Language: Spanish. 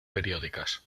periódicas